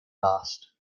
last